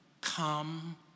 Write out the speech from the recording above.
come